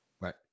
Right